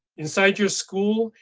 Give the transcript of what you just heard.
inside your school,